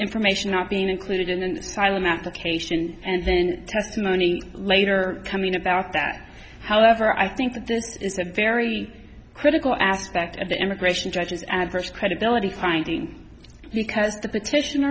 information not being included in an asylum application and then testimony later coming about that however i think this is a very critical aspect of the immigration judges adverse credibility finding because the petition